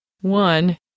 One